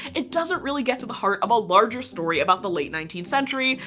it doesn't really get to the heart of a larger story about the late nineteenth century,